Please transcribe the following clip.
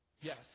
yes